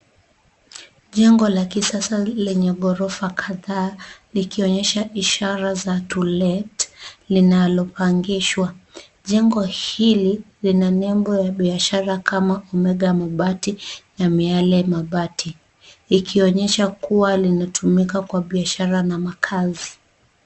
Jengo la kisasa lenye ghorofa kadhaa likionyesha ishara za TO LET linalopangishwa .Jengo hili lina nembo la biashara kama omega mabati na miale mabati ikionyesha kuwa linatumika kwa biashara na makazi.